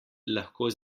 lahko